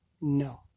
No